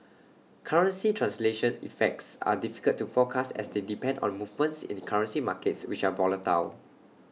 currency translation effects are difficult to forecast as they depend on movements in currency markets which are volatile